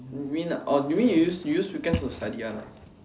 you mean orh you use you use weekends to study one ah